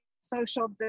social